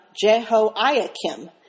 Jehoiakim